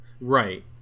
Right